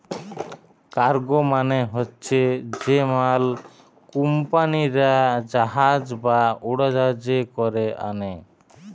cargo মানে হচ্ছে যে মাল কুম্পানিরা জাহাজ বা উড়োজাহাজে কোরে আনে